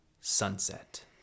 sunset